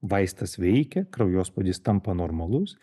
vaistas veikia kraujospūdis tampa normalus